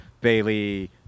Bailey